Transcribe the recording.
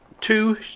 two